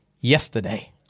yesterday